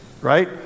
Right